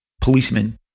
policemen